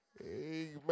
Amen